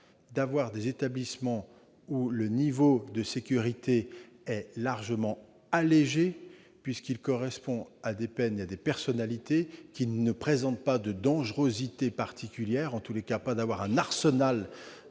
doter d'établissements dont le niveau de sécurité est largement allégé, puisqu'il correspond à des peines et à des personnalités qui, ne présentant pas de dangerosité particulière, ne nécessitent pas un arsenal